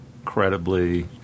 incredibly